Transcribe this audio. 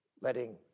letting